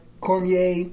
cormier